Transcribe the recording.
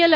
L